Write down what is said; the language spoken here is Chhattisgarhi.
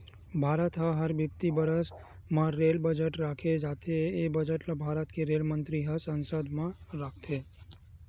भारत म हर बित्तीय बरस म रेल बजट राखे जाथे ए बजट ल भारत के रेल मंतरी ह संसद म रखथे